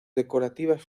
decorativas